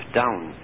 down